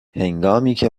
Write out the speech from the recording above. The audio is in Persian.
هنگامیکه